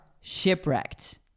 Shipwrecked